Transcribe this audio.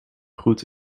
goed